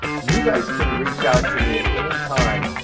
you guys can reach out to me at any time